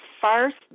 first